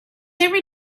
every